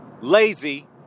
lazy